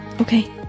okay